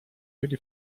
mieli